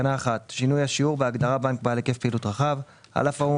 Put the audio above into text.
שינוי השיעור בהגדרה "בעל היקף פעילות רחב" על אף האמור